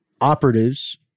operatives